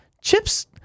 chip's